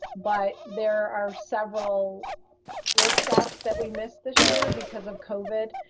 but there are several workshops that we missed this year because of covid.